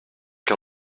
que